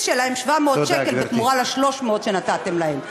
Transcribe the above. שלהם 700 שקל בתמורה ל-300 שקל שנתתם להם.